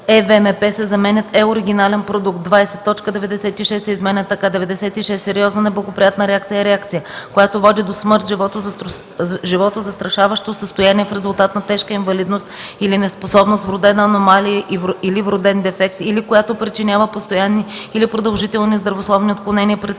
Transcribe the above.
ВМП” се заменят с „е оригинален продукт”. 20 Точка 96 се изменя така: „96. „Сериозна неблагоприятна реакция” е реакция, която води до смърт, животозастрашаващо състояние в резултат на тежка инвалидност или неспособност, вродена аномалия/вроден дефект или която причинява постоянни или продължителни здравословни отклонения при третираните